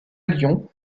lyon